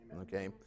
okay